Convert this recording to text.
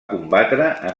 combatre